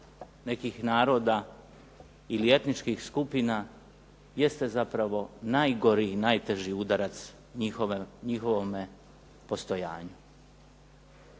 nekih naroda ili etničkih skupina jeste zapravo najgori i najteži udarac njihovom postojanju.